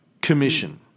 Commission